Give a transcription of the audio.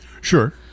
sure